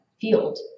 field